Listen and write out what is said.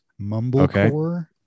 Mumblecore